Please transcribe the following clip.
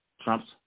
Trump's